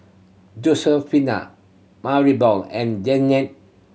Josefina Maribel and Jeannette